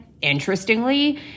interestingly